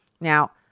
Now